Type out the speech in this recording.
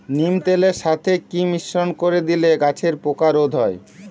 নিম তেলের সাথে কি মিশ্রণ করে দিলে গাছের পোকা রোধ হবে?